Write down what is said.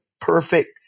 perfect